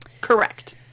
correct